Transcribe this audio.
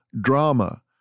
drama